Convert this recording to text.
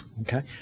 okay